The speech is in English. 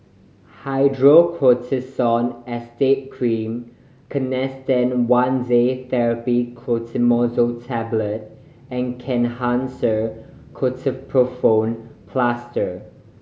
Hydrocortisone Acetate Cream Canesten One Day Therapy Clotrimazole Tablet and Kenhancer Ketoprofen Plaster